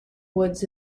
woods